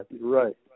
Right